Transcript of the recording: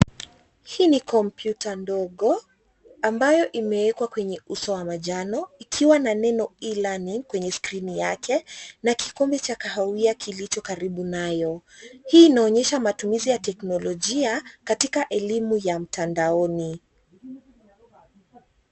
Hii ni kompyuta ndogo ambayo imeekwa kwenye uso wa manjano ikiwa na neno e-learning kwenye skrini yake na kikombe cha kahawia kilicho karibu nayo. Hii inaonyesha matumizi ya teknolojia katika elimu ya mtandaoni.